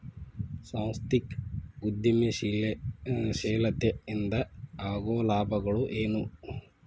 ಸಾಂಸ್ಥಿಕ ಉದ್ಯಮಶೇಲತೆ ಇಂದ ಆಗೋ ಲಾಭಗಳ ಏನು